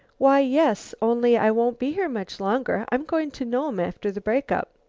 why, yes, only i won't be here much longer. i'm going to nome after the break-up.